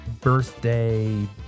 birthday